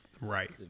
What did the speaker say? Right